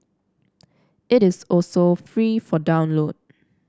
it is also free for download